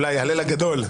אולי "הלל" הגדול.